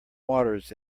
waters